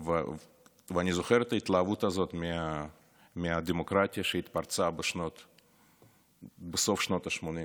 ואני זוכר את ההתלהבות הזאת מהדמוקרטיה שהתפרצה בסוף שנות השמונים.